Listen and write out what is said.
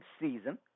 season